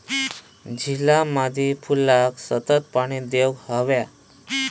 झिला मादी फुलाक सतत पाणी देवक हव्या